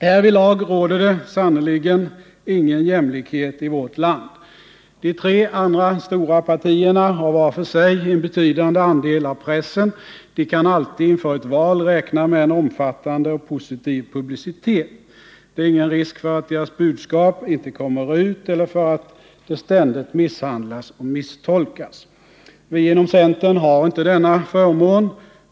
Härvidlag råder det sannerligen ingen jämlikhet i vårt land. De tre andra stora partierna har var för sig en betydande andel av pressen. De kan alltid inför ett val räkna med en omfattande och positiv publicitet. Det är ingen risk för att deras budskap inte kommer ut eller för att det ständigt misshandlas och misstolkas. Vi inom centern har inte denna förmån.